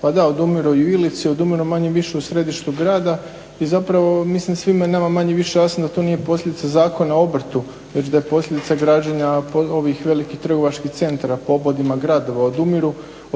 Pa da, odumiru i u Ilici, odumiru manje-više u središtu grada i zapravo mislim da je svima nama više-manje jasno da to nije posljedica Zakona o obrtu već da je posljedica građenja ovih velikih trgovačkih centara po obodima gradova.